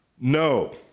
No